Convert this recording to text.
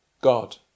God